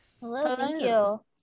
Hello